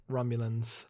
Romulans